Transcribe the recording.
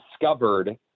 discovered